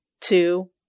two